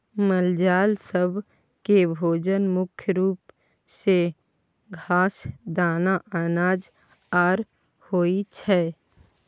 मालजाल सब केँ भोजन मुख्य रूप सँ घास, दाना, अनाज आर होइ छै